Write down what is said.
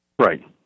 Right